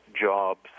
jobs